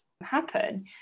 happen